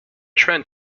trend